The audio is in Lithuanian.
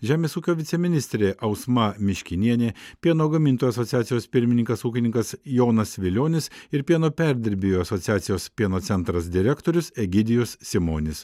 žemės ūkio viceministrė ausma miškinienė pieno gamintojų asociacijos pirmininkas ūkininkas jonas vilionis ir pieno perdirbėjų asociacijos pieno centras direktorius egidijus simonis